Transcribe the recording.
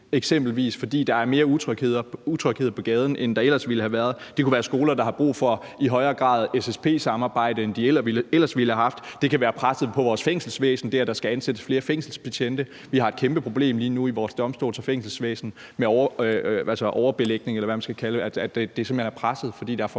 eksempelvis fordi der er mere utryghed på gaden, end der ellers ville have været; det kunne være skoler, der har brug for en højere grad af SSP-samarbejde, end de ellers ville have haft; det kunne være presset på vores fængselsvæsen og det, at der skal ansættes flere fængselsbetjente. Vi har et kæmpe problem lige nu i vores domstols- og fængselsvæsen med overbelægning, eller hvad man skal kalde det,